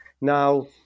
Now